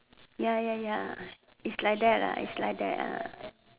ya ya ya is like that lah is like that ah